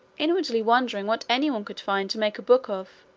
inwardly wondering what anyone could find to make a book of,